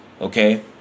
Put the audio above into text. Okay